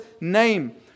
name